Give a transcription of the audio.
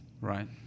Right